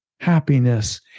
happiness